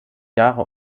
jahre